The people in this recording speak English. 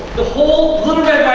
the whole little